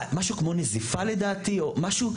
משהו כמו נזיפה לדעתי, או משהו,